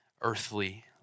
earthly